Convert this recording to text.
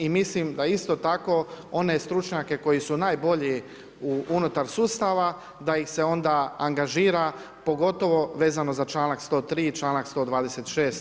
I mislim da isto tako one stručnjake koji su najbolji u unutar sustava da ih se onda angažira pogotovo vezano za članak 103. i članak 126.